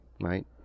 Right